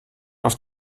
auf